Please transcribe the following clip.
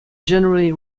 generally